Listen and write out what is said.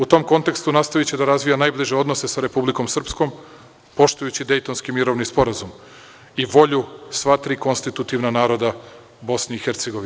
U tom kontekstu nastaviće da razvija najbliže odnose sa Republikom Srpskom, poštujući Dejtonski mirovni sporazum i volju sva tri konstitutivna naroda BiH.